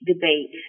debate